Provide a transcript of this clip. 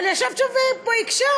אבל ישבת שם והקשבת,